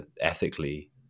ethically